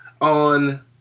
On